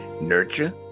nurture